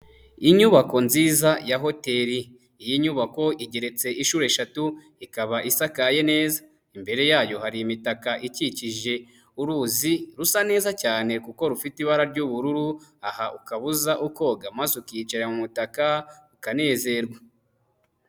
Inyubako nziza ya hoteri, iyi nyubako igeretse inshuro eshatu ikaba isakaye neza, imbere yayo hari imitaka ikikije uruzi rusa neza cyane kuko rufite ibara ry'ubururu, aha ukaba uza ukoga maze ukiyicarira mu mutaka ukanezerwa.